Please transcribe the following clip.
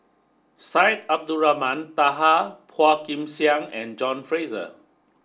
Syed Abdulrahman Taha Phua Kin Siang and John Fraser